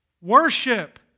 worship